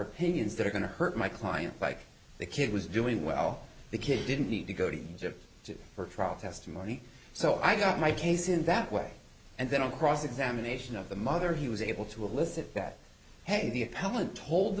opinions that are going to hurt my client like the kid was doing well the kid didn't need to go to egypt to trial testimony so i got my case in that way and then on cross examination of the mother he was able to elicit that hey the appellant told the